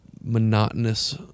monotonous